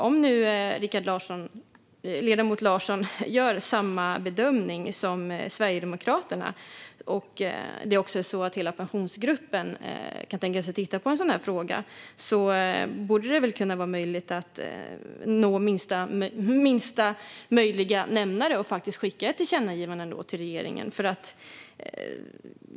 Om ledamoten Larsson gör samma bedömning som Sverigedemokraterna, och hela Pensionsgruppen kan tänka sig att titta på en sådan fråga, borde det vara möjligt att nå minsta möjliga nämnare och skicka ett tillkännagivande till regeringen.